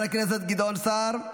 חבר הכנסת גדעון סער,